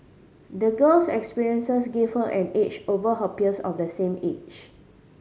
the girl's experiences gave her an edge over her peers of the same age